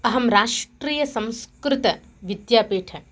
अहं राष्ट्रीयसंस्कृतविद्यापीठे